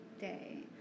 day